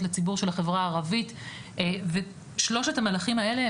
לציבור של החברה הערבית ושלושת המהלכים האלה,